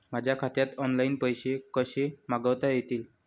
माझ्या खात्यात ऑनलाइन पैसे कसे मागवता येतील?